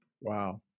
Wow